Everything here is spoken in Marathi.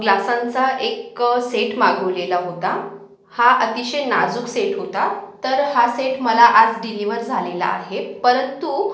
ग्लासांचा एक सेट मागवलेला होता हा अतिशय नाजूक सेट होता तर हा सेट मला आज डिलिवर झालेला आहे परंतु